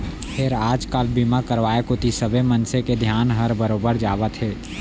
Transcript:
फेर आज काल बीमा करवाय कोती सबे मनसे के धियान हर बरोबर जावत हे